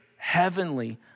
Heavenly